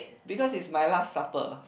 because is my last supper